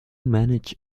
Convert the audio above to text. manage